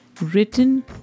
written